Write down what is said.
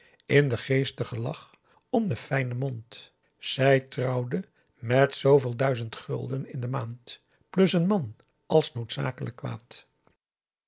in den geestigen lach om den fijnen mond zij trouwde met zooveel duizend gulden in de maand plus een man als noodzakelijk kwaad